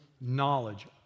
knowledge